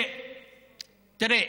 תראה,